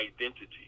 identity